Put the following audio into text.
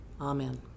Amen